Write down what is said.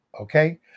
Okay